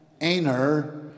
aner